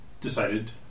decided